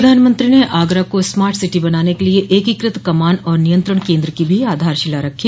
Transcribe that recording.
प्रधानमंत्री ने आगरा को स्मार्ट सिटी बनाने के लिये एकीकृत कमान और नियंत्रण केन्द्र की भी आधारशिला रखो